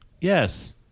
Yes